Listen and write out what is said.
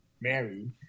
married